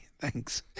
thanks